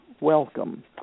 welcome